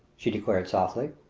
she declared softly.